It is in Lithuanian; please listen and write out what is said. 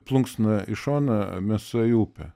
plunksna į šoną mėsa į upę